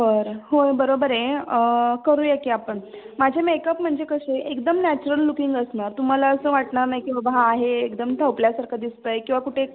बरं होय बरोबर आहे करूया की आपण माझे मेकअप म्हणजे कसे एकदम नॅचरल लुकिंग असणार तुम्हाला असं वाटणार नाही की बाबा हा हे एकदम थोपल्यासारखं दिसत आहे किंवा कुठे